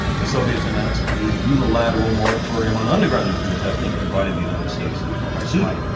the soviets announced a unilateral moratorium on underground nuclear testing and invited the united states to follow suit.